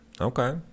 Okay